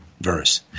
verse